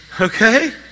Okay